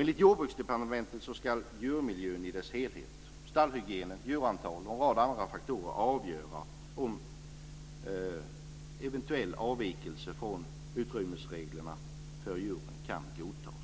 Enligt Jordbruksdepartementet ska djurmiljön i dess helhet, dvs. stallhygienen, djurantalet och en rad andra faktorer, avgöra om eventuell avvikelse från utrymmesreglerna för djuren kan godtas.